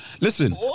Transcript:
Listen